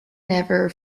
never